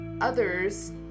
others